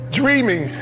dreaming